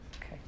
Okay